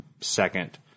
second